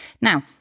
Now